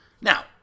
Now